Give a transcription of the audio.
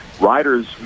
Riders